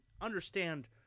understand